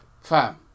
Fam